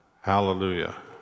Hallelujah